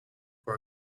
for